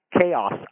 chaos